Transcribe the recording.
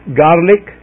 garlic